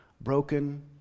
Broken